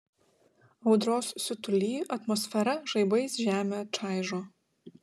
audros siutuly atmosfera žaibais žemę čaižo